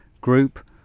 group